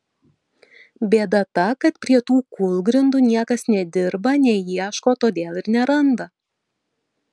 bėda ta kad prie tų kūlgrindų niekas nedirba neieško todėl ir neranda